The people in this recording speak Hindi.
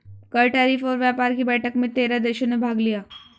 कर, टैरिफ और व्यापार कि बैठक में तेरह देशों ने भाग लिया